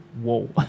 Whoa